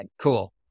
Cool